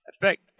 effect